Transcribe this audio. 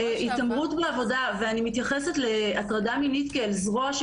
אני מתייחסת להטרדה מינית כאל זרוע של